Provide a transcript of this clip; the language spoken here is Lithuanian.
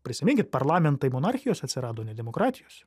prisiminkit parlamentai monarchijose atsirado ne demokratijose